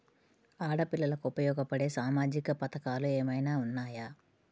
ఆడపిల్లలకు ఉపయోగపడే సామాజిక పథకాలు ఏమైనా ఉన్నాయా?